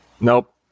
Nope